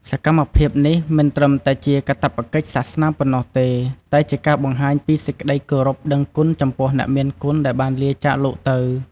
សកម្មភាពនេះមិនមែនត្រឹមតែជាកាតព្វកិច្ចសាសនាប៉ុណ្ណោះទេ តែជាការបង្ហាញពីសេចក្តីគោរពដឹងគុណចំពោះអ្នកមានគុណដែលបានលាចាកលោកទៅ។